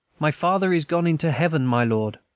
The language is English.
my father is gone into heaven, my lord!